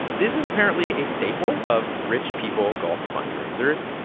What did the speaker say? this is apparently a staple of rich people golf fundraisers.